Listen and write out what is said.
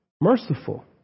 merciful